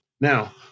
Now